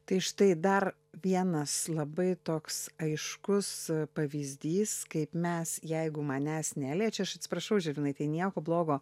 tai štai dar vienas labai toks aiškus pavyzdys kaip mes jeigu manęs neliečia aš atsiprašau žilvinai tai nieko blogo